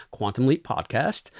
quantumleappodcast